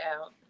out